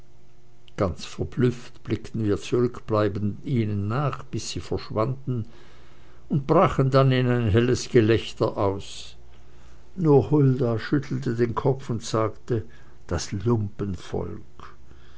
ganz verblüfft blickten wir zurückbleibenden ihnen nach bis sie verschwanden und brachen dann in ein helles gelächter aus nur hulda schüttelte den kopf und sagte das